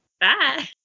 Bye